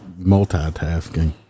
multitasking